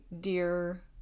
dear